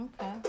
Okay